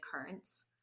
occurrence